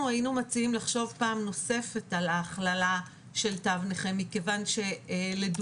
היינו מציעים לחשוב פעם נוספת על ההכללה של תו נכה מכיוון שלדוגמה